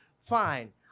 fine